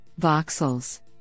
voxels